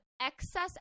excess